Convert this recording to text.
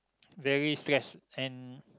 very stress and